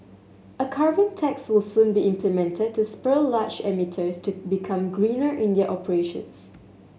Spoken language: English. a carbon tax will soon be implemented to spur large emitters to become greener in their operations